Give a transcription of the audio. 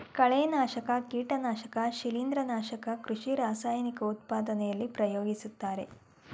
ಕಳೆನಾಶಕ, ಕೀಟನಾಶಕ ಶಿಲಿಂದ್ರ, ನಾಶಕ ಕೃಷಿ ರಾಸಾಯನಿಕ ಉತ್ಪಾದನೆಯಲ್ಲಿ ಪ್ರಯೋಗಿಸುತ್ತಾರೆ